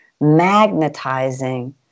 magnetizing